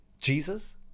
Jesus